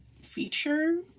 feature